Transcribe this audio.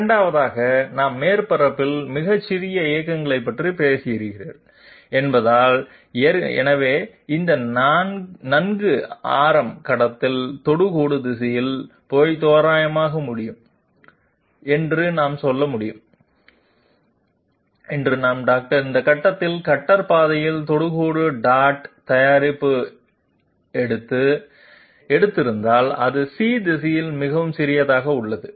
இரண்டாவது நாம் மேற்பரப்பில் மிக சிறிய இயக்கங்கள் பற்றி பேசுகிறீர்கள் என்பதால் எனவே இந்த நன்கு ஆரம்ப கட்டத்தில் தொடுகோடு திசையில் பொய் தோராய முடியும் என்று நாம் சொல்ல முடியும் என்று நாம் டாக்டர் இந்த கட்டத்தில் கட்டர் பாதையில் தொடுகோடு டாட் தயாரிப்பு எடுத்து இருந்தால் அது c திசையில் மிகவும் சிறியதாக உள்ளது